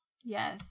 Yes